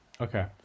okay